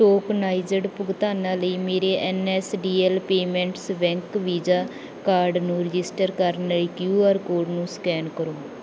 tokenized ਭੁਗਤਾਨਾਂ ਲਈ ਮੇਰੇ N S D L payments bank Visa card ਨੂੰ ਰਜਿਸਟਰ ਕਰਨ ਲਈ ਕਿਊ ਆਰ ਕੋਡ ਨੂੰ ਸਕੈਨ ਕਰੋ